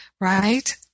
Right